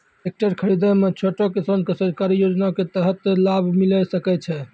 Tractor खरीदै मे छोटो किसान के सरकारी योजना के तहत लाभ मिलै सकै छै?